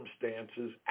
circumstances